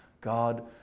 God